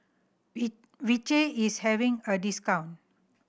V Vichy is having a discount